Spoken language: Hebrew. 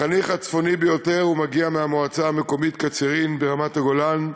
החניך הצפוני ביותר מגיע מהמועצה המקומית קצרין ברמת-הגולן,